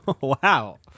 Wow